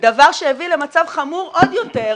דבר שהביא למצב חמור עוד יותר,